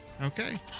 Okay